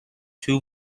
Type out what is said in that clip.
two